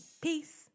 peace